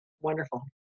wonderful